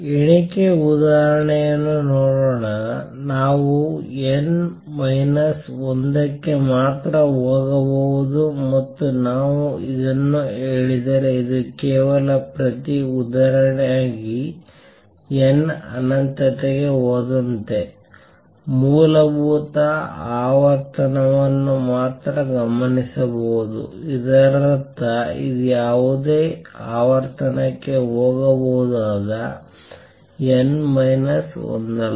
ಎಣಿಕೆ ಉದಾಹರಣೆಯನ್ನು ನೋಡೋಣ ನಾವು n ಮೈನಸ್ ಒಂದಕ್ಕೆ ಮಾತ್ರ ಹೋಗಬಹುದು ಮತ್ತು ನಾವು ಇದನ್ನು ಹೇಳಿದರೆ ಇದು ಕೇವಲ ಪ್ರತಿ ಉದಾಹರಣೆಯಾಗಿದೆ n ಅನಂತಕ್ಕೆ ಹೋದಂತೆ ಮೂಲಭೂತ ಆವರ್ತನವನ್ನು ಮಾತ್ರ ಗಮನಿಸಬಹುದು ಇದರರ್ಥ ಇದು ಯಾವುದೇ ಆವರ್ತನಕ್ಕೆ ಹೋಗಬಹುದಾದ n ಮೈನಸ್ ಒಂದಲ್ಲ